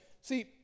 see